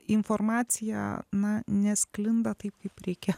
informacija na nesklinda taip kaip reikia